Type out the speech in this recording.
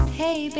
hey